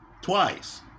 twice